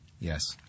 Yes